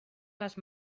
les